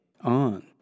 on